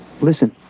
Listen